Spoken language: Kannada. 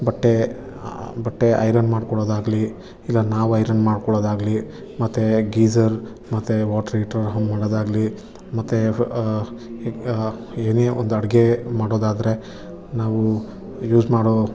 ಬಟ್ಟೆ ಬಟ್ಟೆ ಐರನ್ ಮಾಡ್ಕೊಡೋದಾಗಲಿ ಇಲ್ಲ ನಾವು ಐರನ್ ಮಾಡ್ಕೊಳೋದಾಗಲಿ ಮತ್ತೆ ಗೀಸರ್ ಮತ್ತೆ ವಾಟರ್ ಹೀಟರ್ ಆನ್ ಮಾಡೋದಾಗಲಿ ಮತ್ತೆ ಏನೇ ಒಂದು ಅಡುಗೆ ಮಾಡೊದಾದ್ರೆ ನಾವು ಯೂಸ್ ಮಾಡೋ